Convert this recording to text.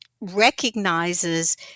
recognizes